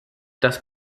das